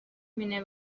مونه